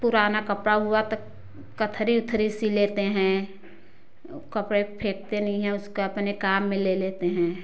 पुराना कपड़ा हुआ तो कथरी वथरी सिल लेते हैं कपड़े फेंकते नहीं हैं उसको अपने काम में ले लेते हैं